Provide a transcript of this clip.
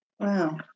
Wow